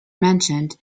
mentioned